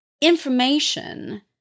information